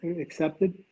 accepted